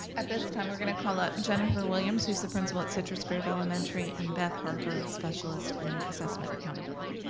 at this time, we're gonna call up jennifer williams, who's the principal at citrus grove elementary, and beth harper, specialist in assessment accountability.